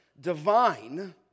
Divine